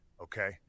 Okay